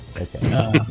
Okay